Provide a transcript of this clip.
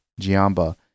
Giamba